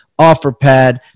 OfferPad